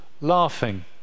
laughing